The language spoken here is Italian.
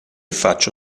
faccio